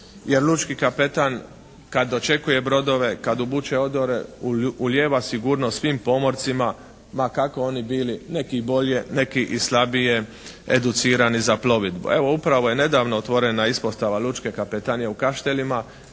jer lučki kapetan kad dočekuje brodove, kad obuče odore ulijeva sigurnost svim pomorcima ma kako oni bili, neki bolje, neki i slabije educirani za plovidbu. Evo upravo je nedavno otvorena ispostava lučke kapetanije u Kaštelima